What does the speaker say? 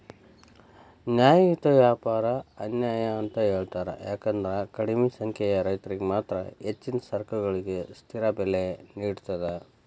ನ್ಯಾಯಯುತ ವ್ಯಾಪಾರ ಅನ್ಯಾಯ ಅಂತ ಹೇಳ್ತಾರ ಯಾಕಂದ್ರ ಕಡಿಮಿ ಸಂಖ್ಯೆಯ ರೈತರಿಗೆ ಮಾತ್ರ ಹೆಚ್ಚಿನ ಸರಕುಗಳಿಗೆ ಸ್ಥಿರ ಬೆಲೆ ನೇಡತದ